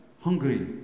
hungry